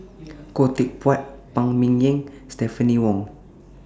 Khoo Teck Puat Phan Ming Yen Stephanie Wong